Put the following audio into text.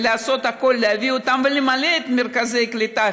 לעשות הכול להביא אותם ולמלא את מרכזי הקליטה,